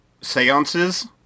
seances